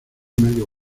medio